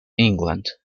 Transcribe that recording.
england